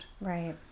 Right